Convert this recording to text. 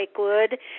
Lakewood